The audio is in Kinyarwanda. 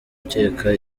gukeka